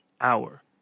hour